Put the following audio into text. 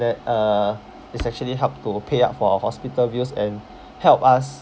that uh is actually help to pay up for our hospital bills and help us